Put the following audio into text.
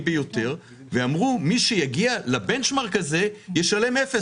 ביותר ואמרו: מי שיגיע לבנצ'מרק הזה ישלם אפס,